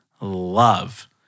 love